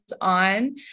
on